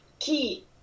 key